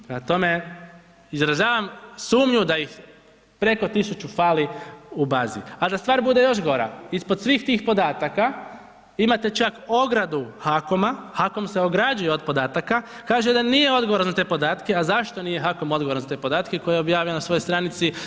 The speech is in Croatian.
Prema tome, izražavam sumnju da ih preko 100 fali u bazi a da stvar bude još gora, ispod svih tih podataka, imate čak ogradu HAKOM-a, HAKOM se ograđuje od podataka, kaže da nije odgovoran za te podatke a zašto nije HAKON odgovoran za te podatke koje je objavio na svojoj stranici?